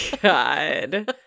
god